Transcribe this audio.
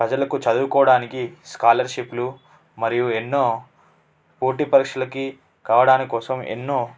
ప్రజలకు చదువుకోవడానికి స్కాలర్షిప్లు మరియు ఎన్నో పోటీపరీక్షలకి కావడానికోసం ఎన్నో